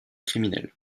criminelle